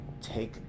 take